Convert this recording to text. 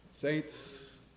Saints